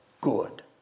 good